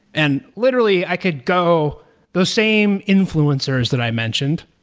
and literally, i could go those same influencers that i mentioned,